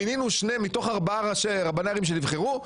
מתוך ארבעה רבני ערים שנבחרו,